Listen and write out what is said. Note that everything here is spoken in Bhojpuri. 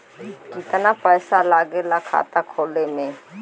कितना पैसा लागेला खाता खोले में?